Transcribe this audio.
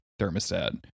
thermostat